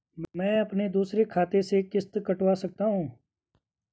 मैं अपने दूसरे खाते से किश्त कटवा सकता हूँ?